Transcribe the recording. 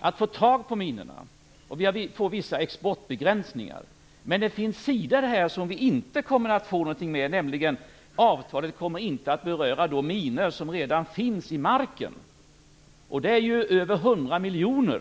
att få tag på minorna och innebär vissa exportbegränsningar. Men det finns också sådant som vi inte kommer att få med. Avtalet kommer nämligen inte att beröra de minor som redan finns i marken, vilka är över 100 miljoner.